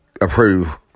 approve